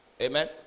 Amen